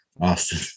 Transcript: Austin